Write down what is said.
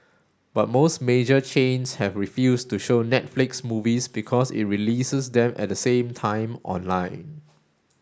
but most major chains have refused to show Netflix movies because it releases them at the same time online